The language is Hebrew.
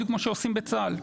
בדיוק כמו שעושים בצה"ל.